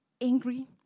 Angry